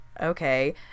okay